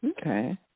Okay